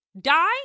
die